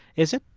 is it?